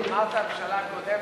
אמרת "הממשלה הקודמת".